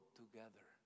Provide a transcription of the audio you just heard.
together